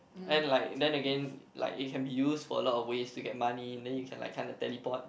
and like then again like it can be used for a lot of ways to get money then you can like kind of teleport